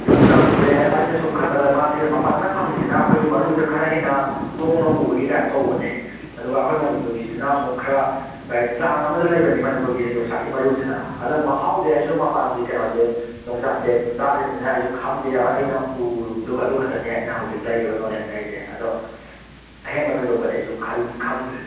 ꯌꯣꯡꯆꯥꯛꯁꯦ ꯑꯩꯅ ꯁꯨꯝ ꯈꯟꯕꯗ ꯃꯥꯒꯤ ꯃꯄꯥꯟꯂꯝꯗ ꯐꯪꯉꯤꯖꯤꯅ ꯑꯩꯈꯣꯏꯒꯤ ꯃꯔꯨꯁꯦ ꯈꯔ ꯍꯦꯟꯅ ꯇꯣꯡꯅ ꯎꯕꯒꯤ ꯇꯥꯏꯞ ꯇꯧꯕꯅꯦ ꯑꯗꯨꯒ ꯑꯩꯈꯣꯏ ꯃꯅꯤꯄꯨꯔꯒꯤꯁꯤꯅ ꯑꯃꯨꯛ ꯈꯔ ꯀꯩ ꯆꯥꯡ ꯑꯃꯗ ꯂꯩꯕꯅꯦ ꯃꯅꯤꯄꯨꯔꯒꯤ ꯌꯣꯡꯆꯥꯛꯀꯤ ꯃꯔꯨꯁꯤꯅ ꯑꯗ ꯃꯍꯥꯎꯗꯤ ꯑꯩꯖꯨ ꯃꯃꯥꯟ ꯂꯝꯒꯤ ꯀꯩꯅꯣꯁꯦ ꯌꯣꯡꯆꯥꯛꯁꯦ ꯆꯥꯗ꯭ꯔꯤꯃꯤꯅ ꯑꯩꯁꯨ ꯈꯪꯗꯦ ꯑꯩꯅ ꯎꯔꯨꯕꯗꯨ ꯑꯗꯨ ꯈꯛꯇꯅꯦ ꯑꯩꯅ ꯍꯧꯖꯤꯛ ꯂꯩꯔꯤꯕ ꯅꯣꯂꯦꯖ ꯍꯥꯏꯖꯦ ꯑꯗꯣ ꯑꯍꯦꯟꯕ ꯊꯣꯏꯗꯣꯛꯄꯗꯤ ꯑꯩꯖꯨ ꯈꯪꯗ꯭ꯔꯦ